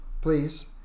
please